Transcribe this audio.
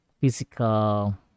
physical